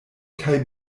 kaj